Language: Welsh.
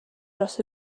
dros